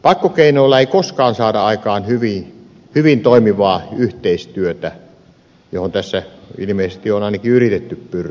pakkokeinoilla ei koskaan saada aikaan hyvin toimivaa yhteistyötä johon tässä ilmeisesti on ainakin yritetty pyrkiä